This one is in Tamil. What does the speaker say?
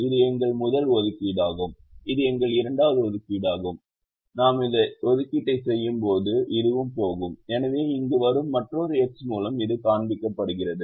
இது எங்கள் முதல் ஒதுக்கீடாகும் இது எங்கள் இரண்டாவது ஒதுக்கீடாகும் நாம் இந்த ஒதுக்கீட்டை செய்யும்போது இதுவும் போகும் எனவே இங்கு வரும் மற்றொரு எக்ஸ் மூலம் இது காண்பிக்கப்படுகிறது